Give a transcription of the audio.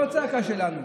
לא צעקה שלנו,